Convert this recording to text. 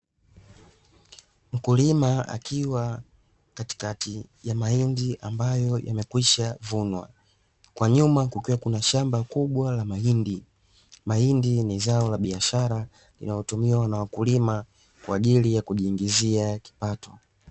Mkulima akiwa katikati ya mahindi ambayo yamekwishavunwa. Kwa nyuma kuna shamba kubwa la mahindi, mahindi ni zao la biashara linalotumiwa na wakulima kwa ajili ya kujiingizia kipato.